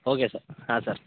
okay sir ಹಾಂ sir